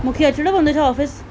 मूंखे अचिणो पवंदो छा ऑफिस